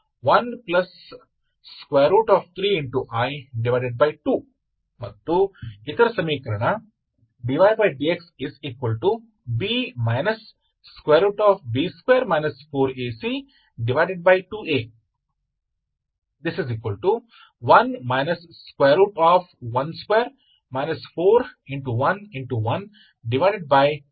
113i2 ಮತ್ತು ಇತರ ಸಮೀಕರಣ dydxBB2 4AC2A 1 12 4